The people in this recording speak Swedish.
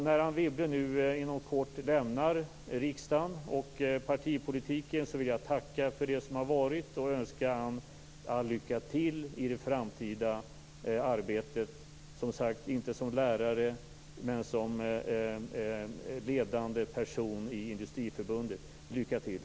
När Anne Wibble inom kort lämnar riksdagen och partipolitiken vill jag tacka för det som har varit och önska Anne all lycka till i det framtida arbetet, inte som lärare men som ledande person i Industriförbundet. Lycka till!